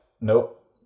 Nope